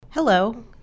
Hello